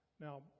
Now